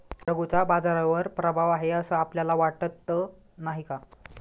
रघूचा बाजारावर प्रभाव आहे असं आपल्याला वाटत नाही का?